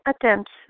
attempts